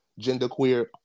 genderqueer